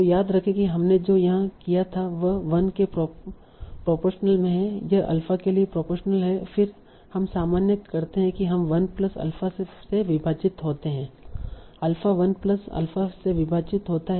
तो याद रखें कि हमने जो यहां किया था वह 1 के प्रोपोरशनल में है यह अल्फा के लिए प्रोपोरशनल है और फिर हम सामान्य करते हैं कि हम 1 प्लस अल्फा से विभाजित होते हैं अल्फा 1 प्लस अल्फा से विभाजित होता है